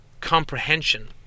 comprehension